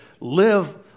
live